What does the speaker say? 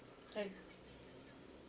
like